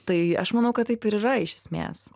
tai aš manau kad taip ir yra iš esmės